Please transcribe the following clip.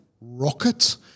rocket